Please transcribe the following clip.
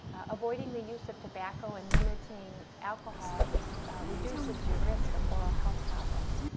avoiding the use of tobacco and limiting alcohol reduces your risk of oral health problems,